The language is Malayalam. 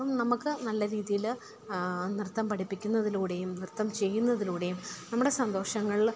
അപ്പം നമുക്ക് നല്ല രീതിയിൽ നൃത്തം പഠിപ്പിക്കുന്നതിലൂടെയും നൃത്തം ചെയ്യുന്നതിലൂടെയും നമ്മുടെ സന്തോഷങ്ങളിൽ